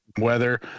weather